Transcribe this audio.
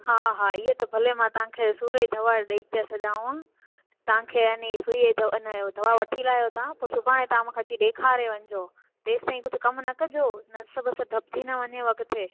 हा हा इहा त भले मां तव्हांखे सूर जी दवा ॾई थी छॾांव तव्हांखे आहे नि सुईअ जो इन जो दवा वठी रहिया आहियो तव्हां पोइ सुभाणे ताण मूंखे अची ॾेखारे वञजो तेसि ताईं कुझु कमु न कजो नस बस दॿजी न वञेव किते